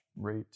rate